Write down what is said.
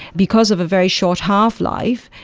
because of a very short half-life,